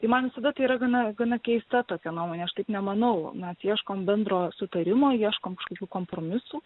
tai man visada tai yra gana gana keista tokia nuomonė aš taip nemanau mes ieškom bendro sutarimo ieškom kažkokių kompromisų